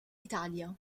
italia